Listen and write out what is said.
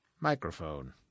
microphone